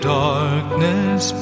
darkness